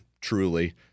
truly